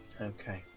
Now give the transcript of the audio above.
Okay